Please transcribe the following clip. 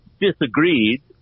disagreed